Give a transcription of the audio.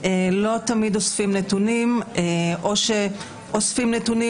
לא תמיד אוספים נתונים או שאוספים נתונים